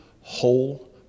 whole